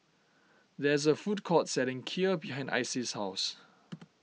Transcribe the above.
there is a food court selling Kheer behind Icy's house